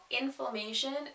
inflammation